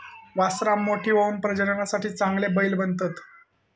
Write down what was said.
वासरां मोठी होऊन प्रजननासाठी चांगले बैल बनतत